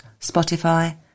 Spotify